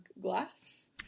glass